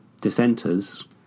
dissenters